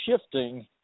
shifting